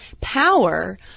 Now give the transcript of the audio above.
power